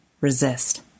Resist